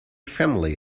family